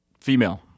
Female